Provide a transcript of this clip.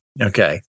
Okay